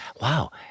wow